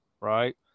right